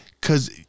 Cause